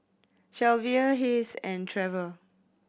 Shelvia Hayes and Treva